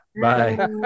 Bye